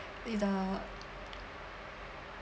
with the